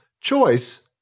choice